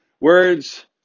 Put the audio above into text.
words